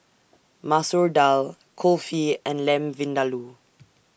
Masoor Dal Kulfi and Lamb Vindaloo